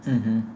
mmhmm